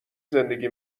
زندگی